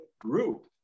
group